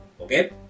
Okay